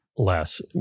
Less